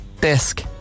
desk